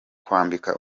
kwambika